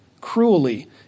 cruelly